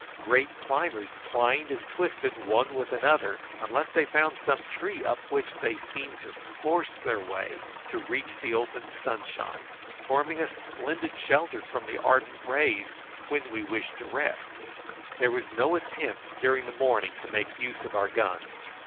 great climbers twined and twisted one with another, unless they found some tree up which they seemed to force their way to reach the open sunshine, forming a splendid shelter from the ardent rays when we wished to rest there was no attempt during the morning to make use of our guns,